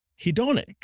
hedonic